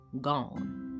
gone